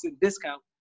discount